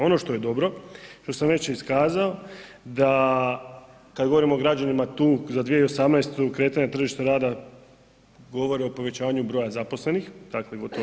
Ono što je dobro, što sam već iskazao da kad govorimo o građanima tu za 2018. kretanje tržišta rada govori o povećanju broja zaposlenih, dakle gotovo 2%